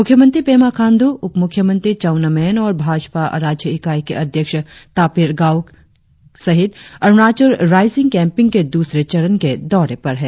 मुख्यमंत्री पेमा खांडू उप मुख्यमंत्री चाउना मेन और भाजपा राज्य इकाई के अध्यक्ष तापिर गाव सहित अरुणाचल राईजिंग केंपिंग के द्रसरे चरण के दौरे पर है